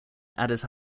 addis